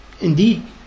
indeed